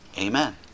Amen